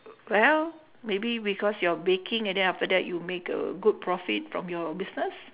well maybe because your baking and then after that you make a good profit from your business